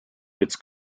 its